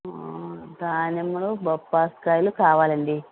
దానిమ్మలు బొప్పాస్ కాయలు కావాలండి